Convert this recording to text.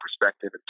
perspective